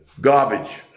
garbage